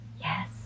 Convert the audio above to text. Yes